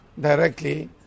directly